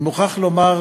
אני מוכרח לומר,